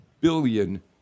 billion